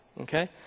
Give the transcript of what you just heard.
okay